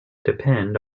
depend